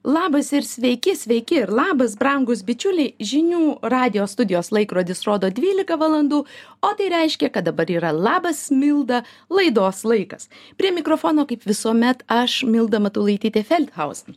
labas ir sveiki sveiki ir labas brangūs bičiuliai žinių radijo studijos laikrodis rodo dvylika valandų o tai reiškia kad dabar yra labas milda laidos laikas prie mikrofono kaip visuomet aš milda matulaitytė feldhausen